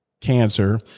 cancer